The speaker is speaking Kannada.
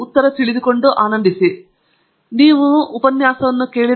ಆಶಾದಾಯಕವಾಗಿ ನೀವು ಉಪನ್ಯಾಸವನ್ನು ಅನುಭವಿಸಿದ್ದೀರಿ